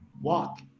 walk